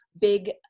big